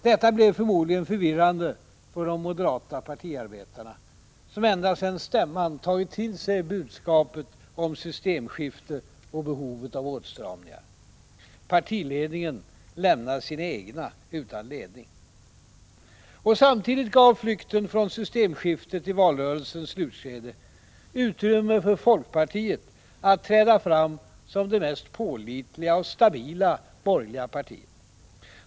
Detta blev förmodligen förvirrande för de moderata partiarbetarna, som ända sedan stämman tagit till sig budskapet om systemskiftet och behovet av åtstramningar. Partiledningen lämnade sina egna utan ledning. Samtidigt gav flykten från systemskiftet i valrörelsens slutskede utrymme för folkpartiet att träda fram som det mest pålitliga och stabila borgerliga partiet.